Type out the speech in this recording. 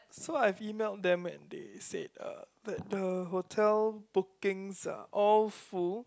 so I've emailed them and they said uh that the hotel bookings all full